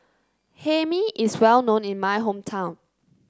Hae Mee is well known in my hometown